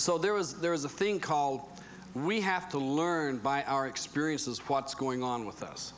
so there was there is a thing called we have to learn by our experiences what's going on with us